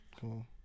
Cool